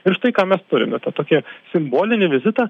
ir štai ką mes turime tą tokį simbolinį vizitą